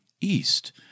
east